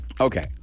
Okay